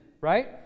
right